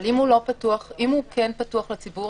אבל אם הוא כן פתוח לציבור,